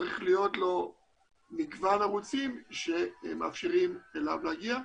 צריך להיות לו מגוון ערוצים שמאפשרים להגיע אליו,